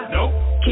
Nope